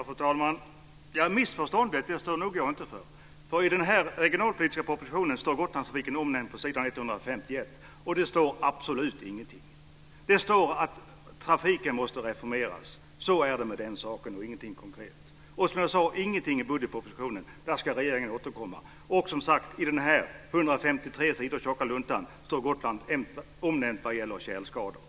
Fru talman! Missförståndet står nog inte jag för. I den regionalpolitiska propositionen finns Gotlandstrafiken omnämnd på s. 127 men där står absolut ingenting, bara att trafiken måste reformeras. Så är det med den saken; det sägs alltså ingenting konkret. Som jag sagt finns heller ingenting i budgetpropositionen, utan regeringen ska återkomma. I den här 153 sidor tjocka luntan står, som sagt, Gotland omnämnt endast vad gäller tjälskador.